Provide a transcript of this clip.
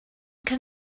can